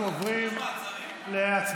אנחנו עוברים להצבעה.